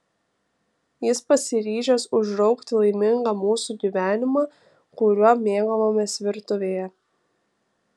jis pasiryžęs užraukti laimingą mūsų gyvenimą kuriuo mėgavomės virtuvėje